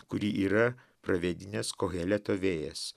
kurį yra pravėdinęs koheleto vėjas